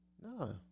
No